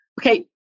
okay